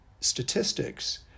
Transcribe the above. statistics